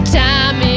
time